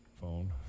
Phone